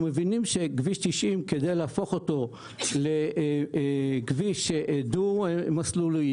מבינים שכדי להפוך אותו לכביש דו-מסלולי,